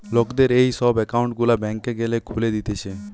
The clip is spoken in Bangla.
লোকদের এই সব একউন্ট গুলা ব্যাংকে গ্যালে খুলে দিতেছে